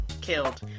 killed